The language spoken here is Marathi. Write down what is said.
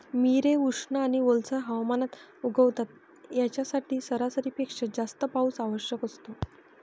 मिरे उष्ण आणि ओलसर हवामानात उगवतात, यांच्यासाठी सरासरीपेक्षा जास्त पाऊस आवश्यक असतो